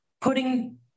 putting –